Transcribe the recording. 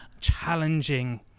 challenging